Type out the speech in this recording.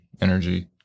energy